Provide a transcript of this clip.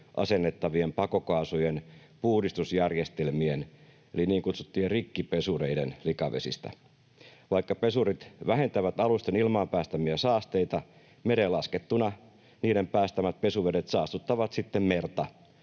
asennettavien pakokaasujen puhdistusjärjestelmien eli niin kutsuttujen rikkipesureiden likavesistä. Vaikka pesurit vähentävät alusten ilmaan päästämiä saasteita, mereen laskettuna niiden päästämät pesuvedet saastuttavat sitten merta